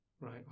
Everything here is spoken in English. Right